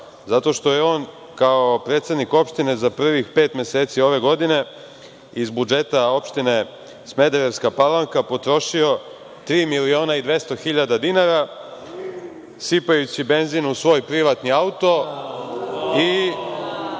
zato što je on, kao predsednik opštine, za prvih pet meseci iz budžeta opštine Smederevska Palanka potrošio tri miliona i 200 hiljada dinara sipajući benzin u svoj privatni auto i